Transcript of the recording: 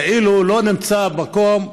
כאילו לא נמצא מקום.